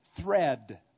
thread